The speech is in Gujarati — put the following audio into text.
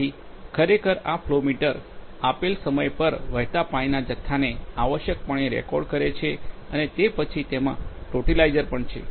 તેથી ખરેખર આ ફ્લો મીટર આપેલ સમય પર વહેતા પાણીના જથ્થાને આવશ્યકપણે રેકોર્ડ કરે છે અને તે પછી તેમાં ટોટલાઇઝર પણ છે